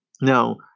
Now